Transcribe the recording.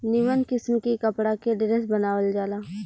निमन किस्म के कपड़ा के ड्रेस बनावल जाला